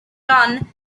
run